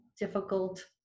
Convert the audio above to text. difficult